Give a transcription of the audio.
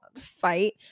fight